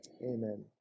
Amen